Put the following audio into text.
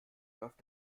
läuft